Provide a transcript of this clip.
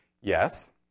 Yes